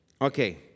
Okay